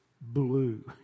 blue